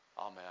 Amen